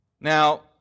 Now